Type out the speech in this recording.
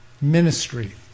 ministry